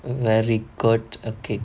very good a kick